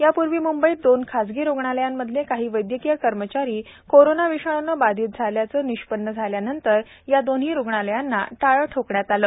यापूर्वी मुंबईत दोन खासगी रुग्णालयांमधले काही वैद्यकीय कर्मचारी कोरोना विषाणूने बाधित झाल्याचं निष्पन्न झाल्यानंतर या दोन्ही रुग्णालयांना टाळं ठोकण्यात आलं आहे